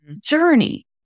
journey